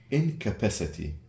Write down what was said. incapacity